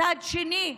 מצד שני,